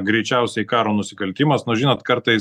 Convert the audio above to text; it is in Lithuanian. greičiausiai karo nusikaltimas nors žinot kartais